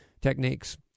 techniques